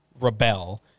rebel